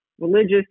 religious